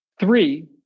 Three